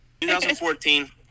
2014